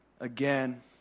Again